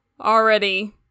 already